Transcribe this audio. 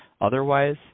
Otherwise